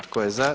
Tko je za?